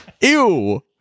Ew